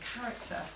character